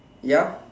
ya